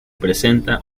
presenta